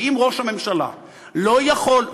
כי אם ראש הממשלה לא יכול,